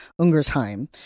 Ungersheim